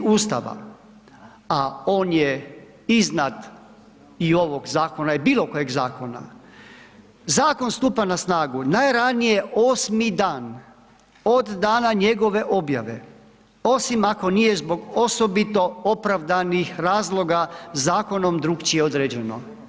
Ustava, a on je iznad i ovog zakona i bilo kojeg zakona, zakon stupa na snagu najranije osmi dan od dana njegove objave, osim ako nije zbog osobito opravdanih razloga zakona drukčije određeno.